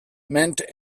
meant